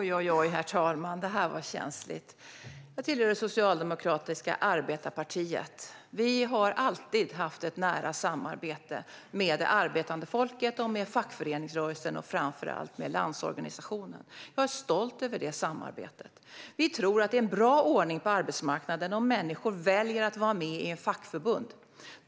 Herr talman! Oj, oj, oj! Det här var känsligt. Jag hör till det socialdemokratiska arbetarepartiet. Vi har alltid haft ett nära samarbete med det arbetande folket, fackföreningsrörelsen och framför allt Landsorganisationen. Jag är stolt över det samarbetet. Vi tror att det är en bra ordning på arbetsmarknaden om människor väljer att vara med i ett fackförbund.